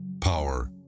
power